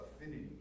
affinity